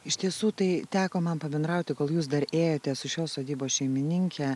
iš tiesų tai teko man pabendrauti kol jūs dar ėjote su šios sodybos šeimininke